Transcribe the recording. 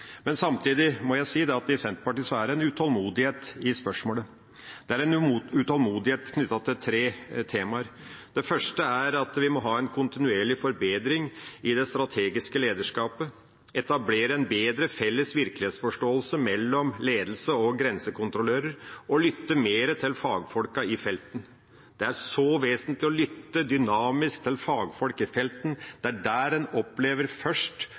Men samtidig må jeg si at i Senterpartiet er det en utålmodighet i spørsmålet. Det er en utålmodighet knyttet til tre temaer. Det første er at vi må ha en kontinuerlig forbedring i det strategiske lederskapet, etablere en bedre felles virkelighetsforståelse mellom ledelse og grensekontrollører og lytte mer til fagfolkene i felten. Det er så viktig å lytte dynamisk til fagfolk i felten. Det er der en først opplever